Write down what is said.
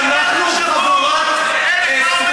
אתם